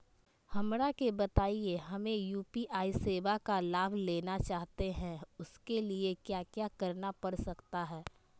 हमरा के बताइए हमें यू.पी.आई सेवा का लाभ लेना चाहते हैं उसके लिए क्या क्या करना पड़ सकता है?